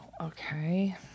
okay